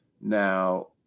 Now